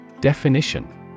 Definition